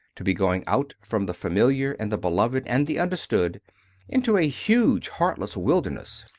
to be going out from the familiar and the beloved and the understood into a huge, heartless wilderness,